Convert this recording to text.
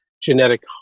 genetic